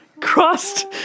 crossed